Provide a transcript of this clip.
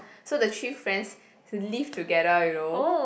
so the three friends to live together you know